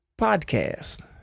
podcast